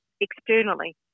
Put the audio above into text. externally